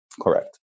Correct